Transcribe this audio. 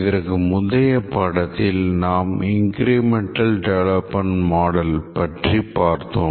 இதற்கு முந்தைய பாடத்தில் நாம் Incremental Development Model பற்றி பார்த்தோம்